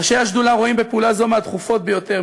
ראשי השדולה רואים בפעולה זו מהדחופות ביותר.